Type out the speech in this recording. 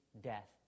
death